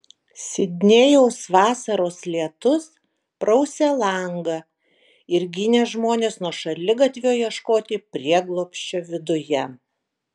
sidnėjaus vasaros lietus prausė langą ir ginė žmones nuo šaligatvio ieškoti prieglobsčio viduje